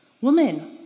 Woman